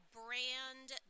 brand